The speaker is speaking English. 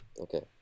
Okay